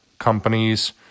companies